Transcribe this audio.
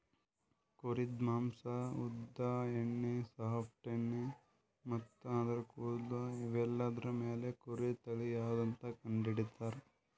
ಕುರಿದ್ ಮಾಂಸಾ ಉದ್ದ್ ಉಣ್ಣಿ ಸಾಫ್ಟ್ ಉಣ್ಣಿ ಮತ್ತ್ ಆದ್ರ ಕೂದಲ್ ಇವೆಲ್ಲಾದ್ರ್ ಮ್ಯಾಲ್ ಕುರಿ ತಳಿ ಯಾವದಂತ್ ಕಂಡಹಿಡಿತರ್